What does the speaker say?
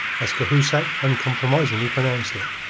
as cahusac uncompromisingly pronounced it.